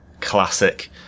classic